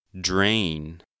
drain